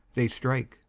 they strike.